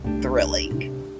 thrilling